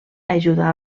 ajudà